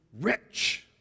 rich